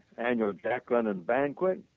annual jack london banquet.